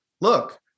look